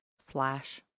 slash